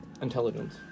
Intelligence